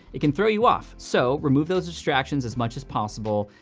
it can throw you off. so remove those distractions as much as possible,